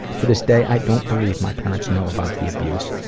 to this day, i don't believe my parents know about the abuse,